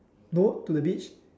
no to the beach